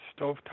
stovetop